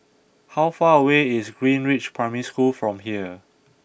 how far away is Greenridge Primary School from here